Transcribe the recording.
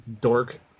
Dork